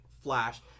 Flash